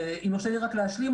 אם יורשה לי רק להשלים,